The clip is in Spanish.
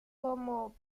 como